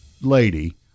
lady